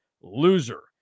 loser